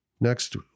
next